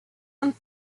und